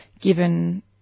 given